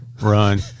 run